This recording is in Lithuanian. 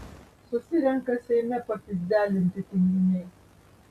susirenka seime papyzdelinti tinginiai